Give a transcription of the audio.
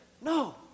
No